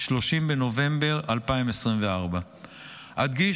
30 בנובמבר 2024. אדגיש,